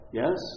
yes